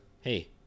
Hey